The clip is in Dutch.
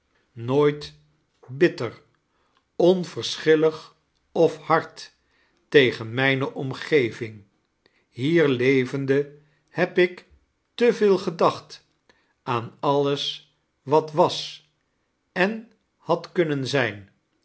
nooit bitter onverschillig of hard tegen mijne omgeving hier levende heb ik te veei gedacht aan alles wat was en had kunnen zqn